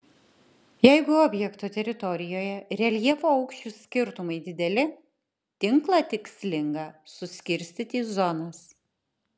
jeigu objekto teritorijoje reljefo aukščių skirtumai dideli tinklą tikslinga suskirstyti į zonas